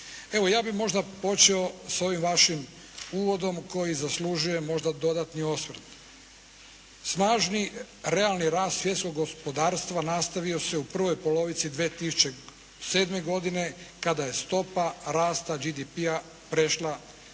Evo, ja bih možda počeo sa ovim vašim uvjetom koji zaslužuje možda dodatni osvrt. Snažni, realni rast svjetskog gospodarstva nastavio se u prvoj polovici 2007. godine kada je stopa rasta GDP-a prešla preko